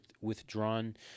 withdrawn